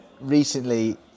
recently